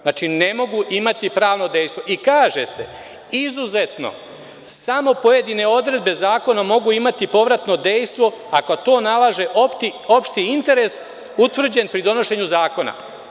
Znači ne mogu imati pravno dejstvo i kaže se – izuzetno samo pojedine odredbe zakona mogu imati povratno dejstvo ako to nalaže opšti interes utvrđen pri donošenju zakona.